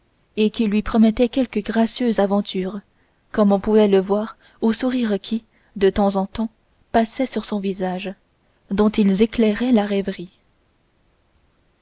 et qui lui promettait quelque gracieuse aventure comme on pouvait le voir aux sourires qui de temps en temps passaient sur son visage dont ils éclairaient la rêverie